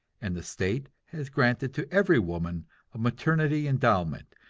and the state has granted to every woman a maternity endowment,